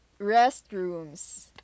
Restrooms